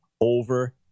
over